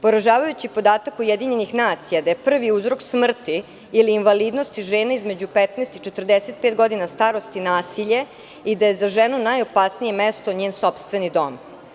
Poražavajući podatak UN je da je prvi uzrok smrti ili invalidnosti žena između 15 i 45 godina starosti nasilje i da je za ženu najopasnije mesto njen sopstveni dom.